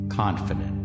confident